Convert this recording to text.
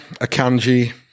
Akanji